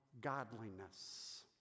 godliness